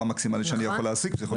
המקסימלי שאני יכול להעסיק פסיכולוגים.